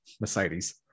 Mercedes